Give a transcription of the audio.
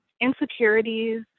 insecurities